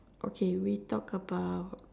okay we talk about